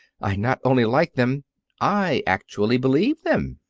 i not only like them i actually believe them!